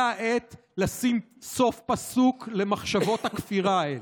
והגיעה העת לשים סוף פסוק למחשבות הכפירה האלה.